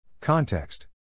Context